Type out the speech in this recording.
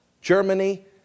Germany